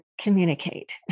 communicate